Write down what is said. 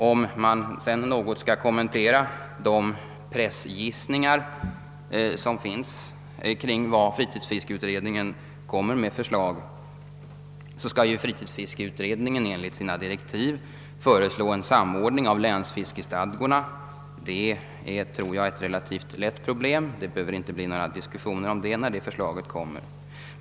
Jag vill sedan något kommentera de pressgissningar som gjorts kring de förslag som fritidsfiskeutredningen kommer att framlägga. Fritidsfiskeutredningen skall ju enligt sina direktiv föreslå en samordning av länsfiskestadgorna. Det är, tror jag, ett relativt lätt problem; det behöver inte bli några diskussioner om ett förslag i den riktningen.